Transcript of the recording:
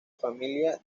familia